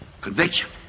Conviction